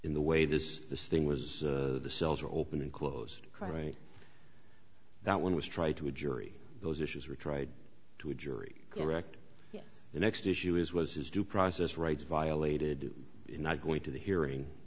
in the way this this thing was the cells were open and close quite right that one was try to a jury those issues were tried to a jury correct the next issue is was his due process rights violated in not going to the hearing